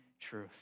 truth